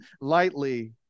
lightly